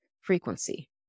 frequency